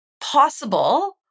possible